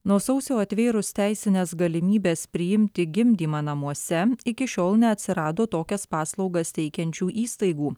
nuo sausio atvėrus teisines galimybes priimti gimdymą namuose iki šiol neatsirado tokias paslaugas teikiančių įstaigų